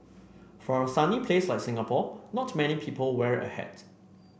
for a sunny place like Singapore not many people wear a hat